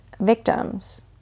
victims